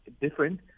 different